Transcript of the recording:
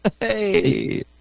Hey